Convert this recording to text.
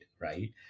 right